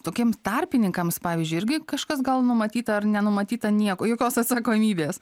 tokiem tarpininkams pavyzdžiui irgi kažkas gal numatyta ar nenumatyta nieko jokios atsakomybės